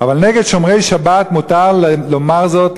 אבל נגד שומרי שבת מותר לומר זאת,